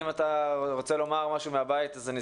אם אתה רוצה לומר משהו אז אשמח.